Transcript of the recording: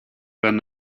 than